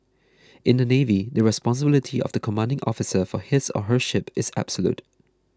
in the Navy the responsibility of the commanding officer for his or her ship is absolute